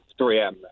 3M